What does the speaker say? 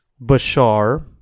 Bashar